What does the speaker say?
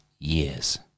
Years